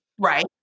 right